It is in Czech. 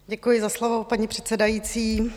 Děkuji za slovo, paní předsedající.